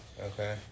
Okay